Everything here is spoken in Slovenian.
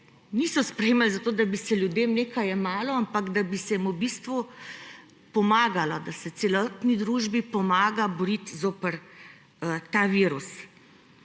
niso sprejemali zato, da bi se ljudem nekaj jemalo, ampak da bi se jim v bistvu pomagalo, da se celotni družbi pomaga boriti zoper ta virus.